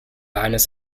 eines